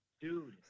Dude